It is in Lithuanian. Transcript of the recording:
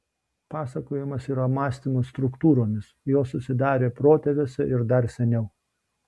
pasakojimas yra mąstymas struktūromis jos susidarė protėviuose ir dar seniau